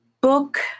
book